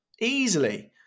easily